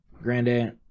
Granddad